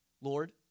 Lord